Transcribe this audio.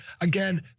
Again